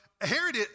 Herod